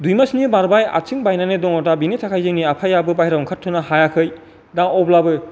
दुइमासनि बारबाय आथिं बायनानै दङ दा बेनि थाखाय जोंनि आफायाबो बाहेराव ओंखारथनो हायाखै दा अब्लाबो